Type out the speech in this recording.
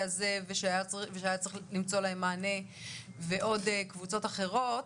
הזה ושהיה צריך למצוא להם מענה ועוד קבוצות אחרות,